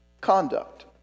conduct